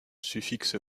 suffixe